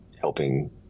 helping